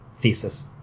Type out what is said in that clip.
thesis